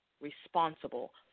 responsible